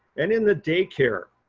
and in the daycare,